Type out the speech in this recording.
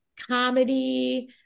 comedy